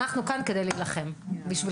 אנחנו כאן בשביל להילחם בשבילכם.